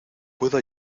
puedo